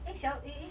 eh 小 eh eh